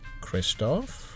Christoph